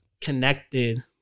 connected